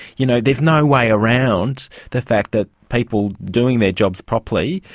you know, there's no way around the fact that people doing their jobs properly,